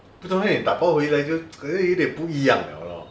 不懂 eh but 抱回来 可能有一点不一样 liao lor